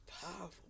powerful